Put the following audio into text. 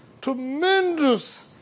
Tremendous